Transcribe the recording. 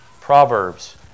Proverbs